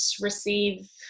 receive